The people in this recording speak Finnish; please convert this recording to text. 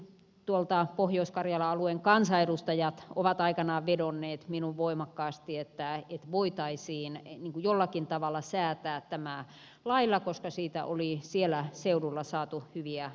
esimerkiksi pohjois karjalan alueen kansanedustajat ovat aikanaan vedonneet minuun voimakkaasti että voitaisiin jollakin tavalla säätää tämä lailla koska siitä oli siellä seudulla saatu hyviä kokemuksia